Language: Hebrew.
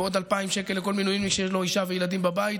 ועוד 2,000 שקל לכל מילואימניק שיש לו אישה וילדים בבית,